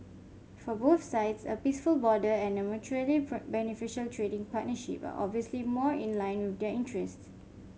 for both sides a peaceful border and a mutually beneficial trading partnership are obviously more in line with their interest